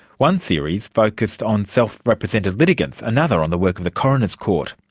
one series focused on self-represented litigants another on the work of the coroner's court.